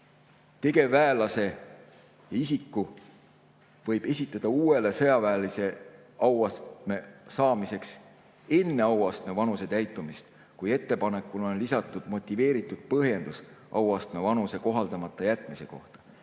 tegevväelase ja isiku võib esitada uue sõjaväelise auastme saamiseks enne auastme vanuse täitumist, kui ettepanekule on lisatud motiveeritud põhjendus auastme vanuse kohaldamata jätmise kohta.